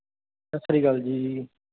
ਸਤਿ ਸ਼੍ਰੀ ਅਕਾਲ ਜੀ